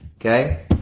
okay